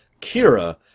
Kira